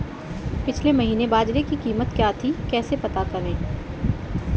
पिछले महीने बाजरे की कीमत क्या थी कैसे पता करें?